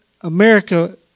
America